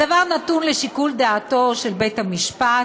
הדבר נתון לשיקול דעתו של בית-המשפט.